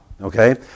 Okay